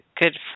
good